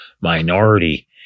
minority